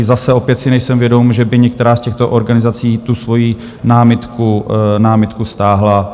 Zase opět si nejsem vědom, že by některá z těchto organizací tu svoji námitku stáhla.